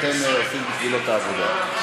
אתם עושים בשבילו את העבודה.